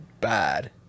bad